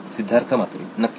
सिद्धार्थ मातुरी नक्कीच